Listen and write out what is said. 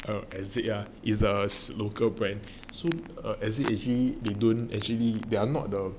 err exit yeah is the snooker brand so err exit actually they don't actually they are not the direct